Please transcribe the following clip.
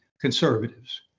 conservatives